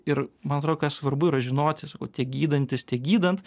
ir man atrodo ką svarbu yra žinoti tiek gydantis tiek gydant